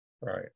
right